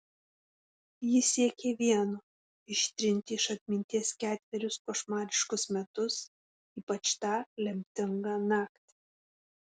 ji siekė vieno ištrinti iš atminties ketverius košmariškus metus ypač tą lemtingą naktį